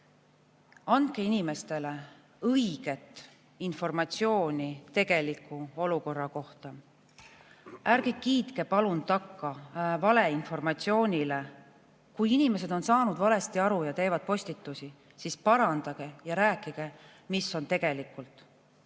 andke inimestele õiget informatsiooni tegeliku olukorra kohta. Ärge kiitke palun takka valeinformatsioonile! Kui inimesed on saanud valesti aru ja teevad postitusi, siis parandage ja rääkige, mis on tegelikult.